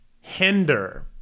hinder